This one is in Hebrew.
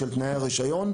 של תנאי הרישיון,